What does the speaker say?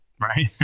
right